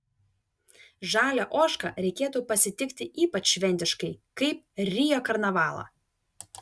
žalią ožką reikėtų pasitikti ypač šventiškai kaip rio karnavalą